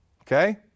Okay